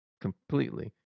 completely